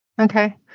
Okay